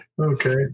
Okay